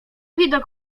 widok